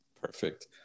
Perfect